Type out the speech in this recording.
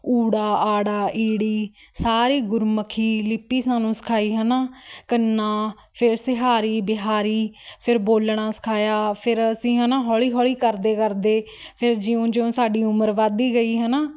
ੳ ਅ ੲ ਸਾਰੀ ਗੁਰਮੁਖੀ ਲਿਪੀ ਸਾਨੂੰ ਸਿਖਾਈ ਹੈ ਨਾ ਕੰਨਾ ਫਿਰ ਸਿਹਾਰੀ ਬਿਹਾਰੀ ਫਿਰ ਬੋਲਣਾ ਸਿਖਾਇਆ ਫਿਰ ਅਸੀਂ ਹੈ ਨਾ ਹੌਲੀ ਹੌਲੀ ਕਰਦੇ ਕਰਦੇ ਫਿਰ ਜਿਉਂ ਜਿਉਂ ਸਾਡੀ ਉਮਰ ਵੱਧਦੀ ਗਈ ਹੈ ਨਾ